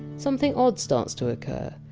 something odd starts to occur.